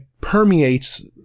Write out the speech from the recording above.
permeates